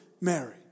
Mary